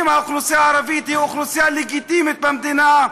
אם האוכלוסייה הערבית היא אוכלוסייה לגיטימית במדינה,